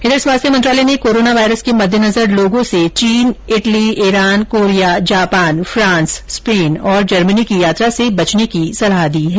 इधर स्वास्थ्य मंत्रालय ने कोरोना वायरस के मद्देनजर लोगों से चीन Italy Iran Korea Japan France Spain और जर्मनी की यात्रा से बचने की सलाह दी है